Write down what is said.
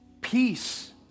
Peace